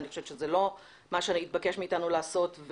אני חושבת שזה לא מה שהתבקש מאתנו לעשות.